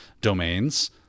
domains